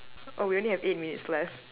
oh we only have eight minutes left